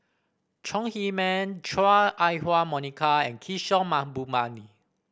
Chong Heman Chua Ah Huwa Monica and Kishore Mahbubani